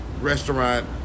restaurant